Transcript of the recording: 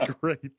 great